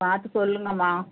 பார்த்து சொல்லுங்கம்மா